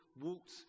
walked